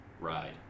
ride